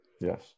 Yes